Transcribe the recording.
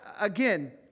again